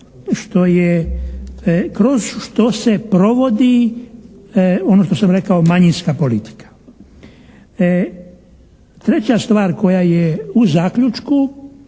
što je, kroz što se provodi ono što sam rekao manjinska politika. Treća stvar koja je u zaključku,